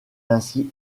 ainsi